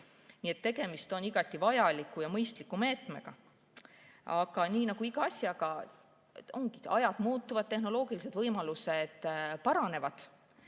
Nii et tegemist on igati vajaliku ja mõistliku meetmega. Aga nii nagu iga asjaga, ajad muutuvad, tehnoloogilised võimalused paranevad,